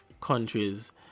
countries